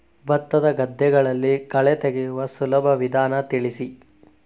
ಭತ್ತದ ಗದ್ದೆಗಳಲ್ಲಿ ಕಳೆ ತೆಗೆಯುವ ಸುಲಭ ವಿಧಾನ ತಿಳಿಸಿ?